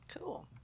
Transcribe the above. Cool